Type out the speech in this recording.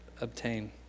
obtain